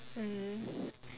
mm